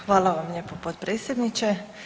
Hvala vam lijepo potpredsjedniče.